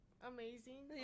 amazing